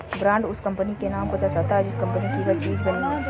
brand उस company के नाम को दर्शाता है जिस कंपनी की वह चीज बनी है